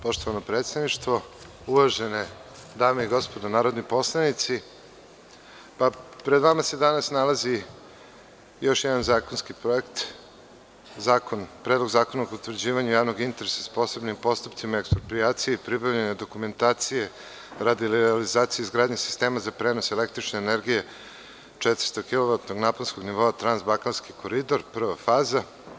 Poštovano predsedništvo, uvažene dame i gospodo narodni poslanici, pre vama se danas nalazi još jedna zakonski projekat, Predlog zakona o potvrđivanju javnog interesa s posebnim postupcima eksproprijacije i pribavljanja dokumentacije radi realizacije izgradnje sistema za prenos električne energije 400kv naponskog nivoa Transbalkanskog koridora – prva faza.